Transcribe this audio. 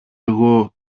εγώ